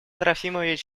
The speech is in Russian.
трофимович